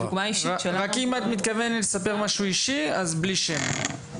אם את מתכוונת לספר משהו אישי, אז בלי שם.